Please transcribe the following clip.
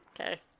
Okay